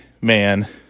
man